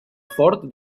fort